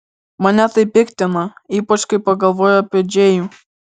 mane tai piktina ypač kai pagalvoju apie džėjų